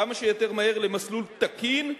כמה שיותר מהר, למסלול תקין,